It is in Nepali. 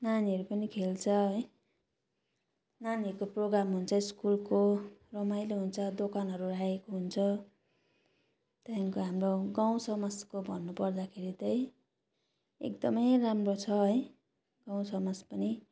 नानीहरू पनि खेल्छ है नानीहरूको प्रोग्राम हुन्छ स्कुलको रमाइलो हुन्छ दोकानहरू राखेको हुन्छ त्यहाँदेखिको हाम्रो गाउँ समाजको भन्नुपर्दाखेरि चाहिँ एकदमै राम्रो छ है गाउँ समाज पनि